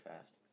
fast